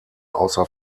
außer